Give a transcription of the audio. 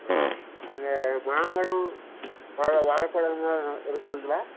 ஆ அந்த மாம்பழம் வாழ வாழப்பழம்லாம் இருக்குதுங்களா